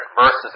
verses